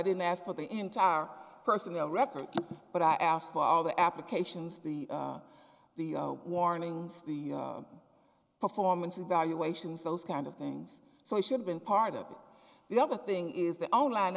didn't ask for the entire personnel record but i asked for all the applications the the warnings the performance evaluations those kind of things so i should have been part of that the other thing is their own line